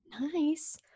Nice